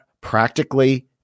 practically